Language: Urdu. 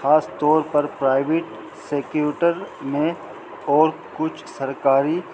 خاص طور پر پرائیویٹ سیکیوٹر میں اور کچھ سرکاری